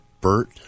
bert